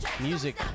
Music